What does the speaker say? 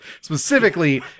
specifically